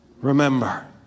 remember